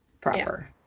proper